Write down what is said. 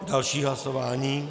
Další hlasování.